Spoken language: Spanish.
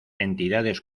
entidades